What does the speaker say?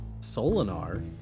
Solinar